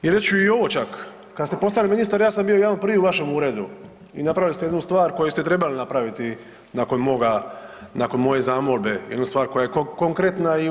I reći ću i ovo čak, kad ste postali ministar ja sam bio jedan od prvih u vašem uredu i napravili ste jednu stvar koju ste trebali napraviti nakon moga, nakon moje zamolbe, jednu stvar koja je konkretna i u redu.